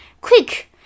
Quick